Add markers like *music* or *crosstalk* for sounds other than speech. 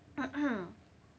*coughs*